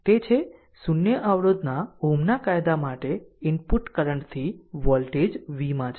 તે છે 0 અવરોધના Ω ના કાયદા માટે ઇનપુટ કરંટ થી વોલ્ટેજ vમાં છે